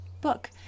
book